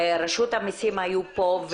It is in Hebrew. רשות המסים היו פה,